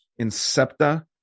incepta